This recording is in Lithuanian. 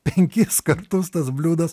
penkis kartus tas bliūdas